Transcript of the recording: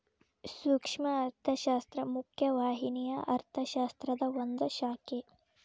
ಸೂಕ್ಷ್ಮ ಅರ್ಥಶಾಸ್ತ್ರ ಮುಖ್ಯ ವಾಹಿನಿಯ ಅರ್ಥಶಾಸ್ತ್ರದ ಒಂದ್ ಶಾಖೆ